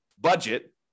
budget